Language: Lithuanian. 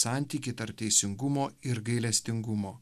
santykį tarp teisingumo ir gailestingumo